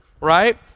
right